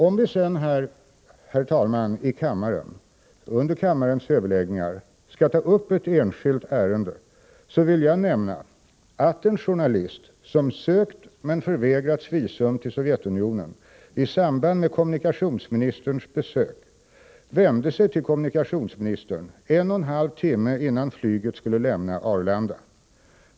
Om vi sedan, herr talman, här i kammaren och under kammarens överläggningar skall ta upp ett enskilt ärende, vill jag nämna att en journalist som sökt men förvägrats visum till Sovjetunionien i samband med kommunikationsministerns besök vände sig till kommunikationsministern en och en halv timme innan flyget skulle lämna Arlanda.